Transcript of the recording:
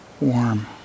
warm